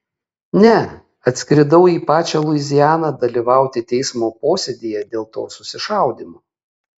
ne atskridau į pačią luizianą dalyvauti teismo posėdyje dėl to susišaudymo